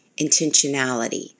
intentionality